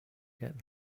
get